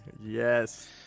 Yes